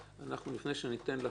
לפני שניתן לח"כים